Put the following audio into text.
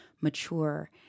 mature